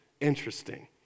interesting